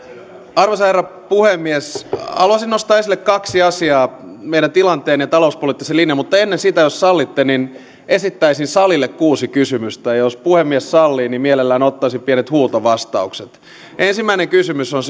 arvoisa herra puhemies haluaisin nostaa esille kaksi asiaa meidän tilanteemme ja talouspoliittisen linjamme mutta ennen sitä jos sallitte esittäisin salille kuusi kysymystä ja jos puhemies sallii niin mielellään ottaisin pienet huutovastaukset ensimmäinen kysymys on